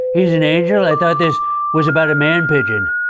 he's an angel? i thought this was about a man pigeon.